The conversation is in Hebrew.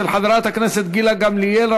של חברת הכנסת גילה גמליאל.